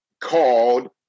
called